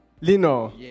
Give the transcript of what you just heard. Lino